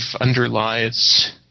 underlies